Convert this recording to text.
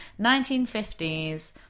1950s